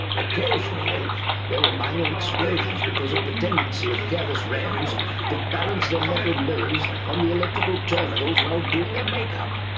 occasionally there were minor explosions because of the tendency of careless wrens to balance their metal mirrors on the electrical terminals while doing their make-up.